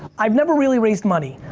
i've never really raised money.